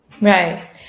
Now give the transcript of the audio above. Right